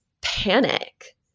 panic